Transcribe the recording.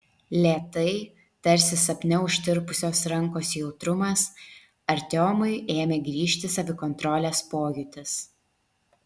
lėtai tarsi sapne užtirpusios rankos jautrumas artiomui ėmė grįžti savikontrolės pojūtis